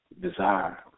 desire